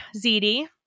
ZD